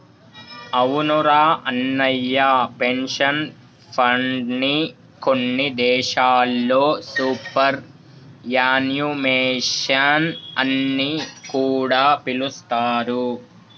అవునురా అన్నయ్య పెన్షన్ ఫండ్ని కొన్ని దేశాల్లో సూపర్ యాన్యుమేషన్ అని కూడా పిలుస్తారు